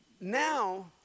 now